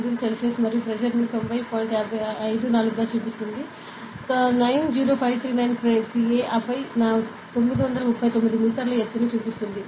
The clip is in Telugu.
50 సి మరియు ప్రెషర్ 90 54 గా చూపిస్తుంది 90539 Pa ఆపై 939 మీటర్ల ఎత్తు ని చూపిస్తుంది